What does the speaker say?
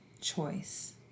choice